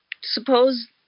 suppose